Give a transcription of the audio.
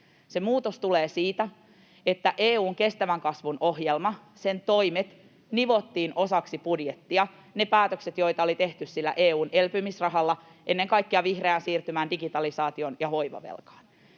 muutos tulee siitä, että EU:n kestävän kasvun ohjelman toimet nivottiin osaksi budjettia, ne päätökset, joita oli tehty sillä EU:n elpymisrahalla ennen kaikkea vihreään siirtymään, digitalisaatioon ja hoivavelkaan.